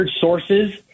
sources